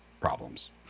problems